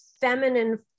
feminine